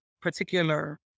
particular